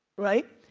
right?